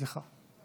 סליחה.